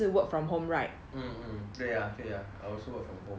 mm mm 对 ah 对 ah 我也是 work from home